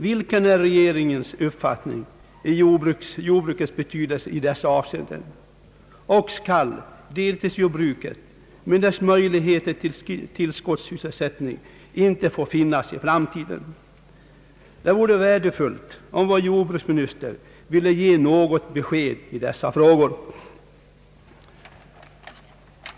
Vilken är regeringens uppfattning om jordbrukets betydelse i dessa avse enden? Och skall deltidsjordbruket med dess möjlighet till tillskottssysselsättning inte få finnas i framtiden? Det vore värdefullt om vår jordbruksminister ville ge något besked i dessa frågor.